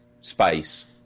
space